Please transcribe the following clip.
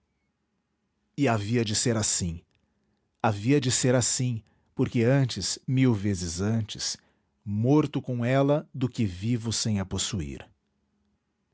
e havia de ser assim havia de ser assim porque antes mil vezes antes morto com ela do que vivo sem a possuir